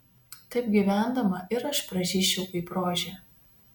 taip gyvendama ir aš pražysčiau kaip rožė